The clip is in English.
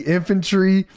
Infantry